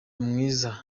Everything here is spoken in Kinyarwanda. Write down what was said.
mwiza